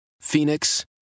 Phoenix